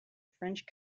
french